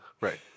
Right